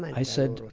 i said,